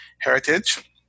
heritage